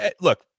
look